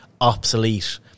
obsolete